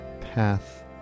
path